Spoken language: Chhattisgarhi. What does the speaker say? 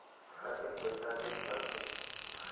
कतेक पइसा भेज सकहुं?